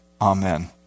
amen